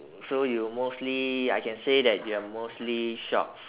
so you mostly I can say that you're mostly shop